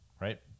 right